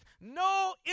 no